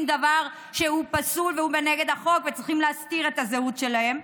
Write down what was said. דבר שהוא פסול ונגד החוק והם צריכים להסתיר את הזהות שלהם,